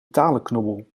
talenknobbel